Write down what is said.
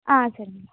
ஆ சரிங்கய்யா